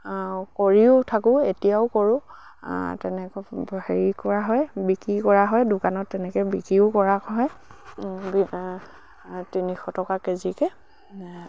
কৰিও থাকোঁ এতিয়াও কৰোঁ তেনেকৈ হেৰি কৰা হয় বিক্ৰী কৰা হয় দোকানত তেনেকে বিক্ৰীও কৰা হয় তিনিশ টকা কেজিকে